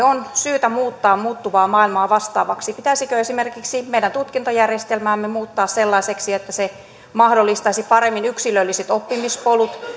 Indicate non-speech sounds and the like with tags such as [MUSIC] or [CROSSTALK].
[UNINTELLIGIBLE] on syytä muuttaa muuttuvaa maailmaa vastaavaksi pitäisikö esimerkiksi meidän tutkintojärjestelmäämme muuttaa sellaiseksi että se mahdollistaisi paremmin yksilölliset oppimispolut